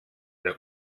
der